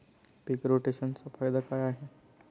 पीक रोटेशनचा फायदा काय आहे?